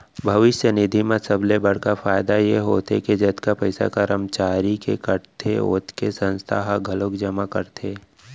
भविस्य निधि म सबले बड़का लाभ ए होथे के जतका पइसा करमचारी के कटथे ओतके संस्था ह घलोक जमा करथे